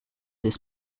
this